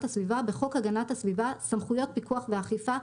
הסביבה בחוק הגנת הסביבה (סמכויות פיקוח ואכיפה),